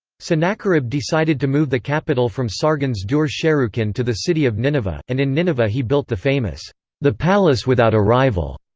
sennacherib decided to move the capital from sargon's dur-sharrukin to the city of nineveh, and in nineveh he built the famous the palace without a rival,